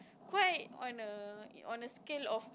quite on a on a scale of